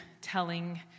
telling